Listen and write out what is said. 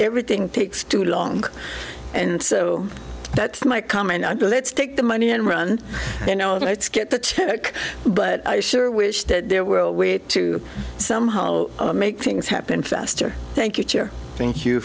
everything takes too long and so that's my comment i do let's take the money and run you know it's get the check but i sure wish that there were a way to somehow make things happen faster thank you thank you